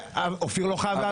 אופיר לא חייב לענות.